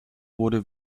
wurde